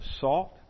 salt